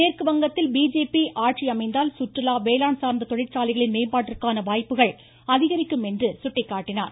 மேற்கு வங்கத்தில் பிஜேபி ஆட்சி அமைந்தால் சுற்றுலா வேளாண் சாா்ந்த தொழிற்சாலைகளின் மேம்பாட்டிற்கான வாய்ப்புகள் அதிகரிக்கும் என்று சுட்டிக்காட்டினார்